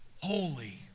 holy